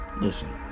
listen